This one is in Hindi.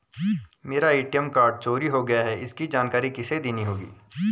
मेरा ए.टी.एम कार्ड चोरी हो गया है इसकी जानकारी किसे देनी होगी?